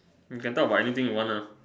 you can talk about anything you want lah